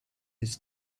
his